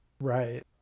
right